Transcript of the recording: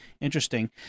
interesting